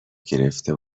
گرفته